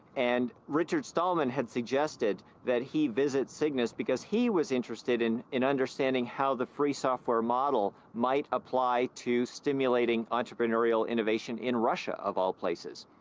and richard stallman had suggested that he visit cygnus, because he was interested in and understanding how the free software model. might apply to stimulating entrepreneurial innovation in russia of all places,